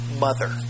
mother